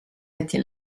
été